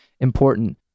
important